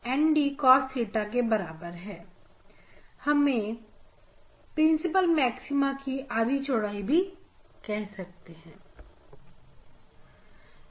इसे हम principal maxima की आधी चौड़ाई भी कहते हैं